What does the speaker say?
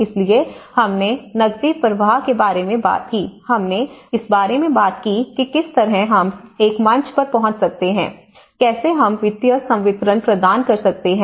इसलिए हमने नकदी प्रवाह के बारे में बात की हमने इस बारे में बात की कि किस तरह हम एक मंच पर पहुंच सकते हैं कैसे हम वित्तीय संवितरण प्रदान कर सकते हैं